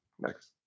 Next